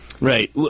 right